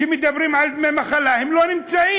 כשמדברים על דמי מחלה, הם לא נמצאים.